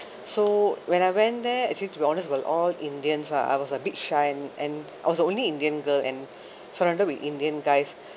so when I went there actually to be honest we'll all indians lah I was a bit shy and I was the only indian girl and surrounded with indian guys